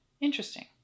Interesting